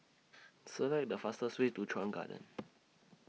Select The fastest Way to Chuan Garden